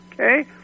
okay